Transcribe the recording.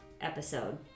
episode